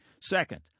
Second